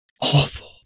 Awful